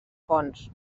fonts